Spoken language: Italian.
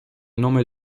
nome